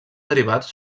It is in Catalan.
derivats